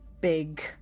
big